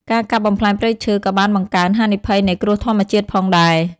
ការកាប់បំផ្លាញព្រៃឈើក៏បានបង្កើន ហានិភ័យនៃគ្រោះធម្មជាតិ ផងដែរ។